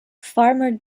farmer